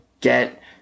get